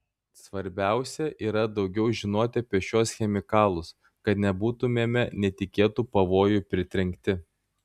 svarbiausia yra daugiau žinoti apie šiuos chemikalus kad nebūtumėme netikėtų pavojų pritrenkti